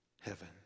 heaven